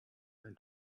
went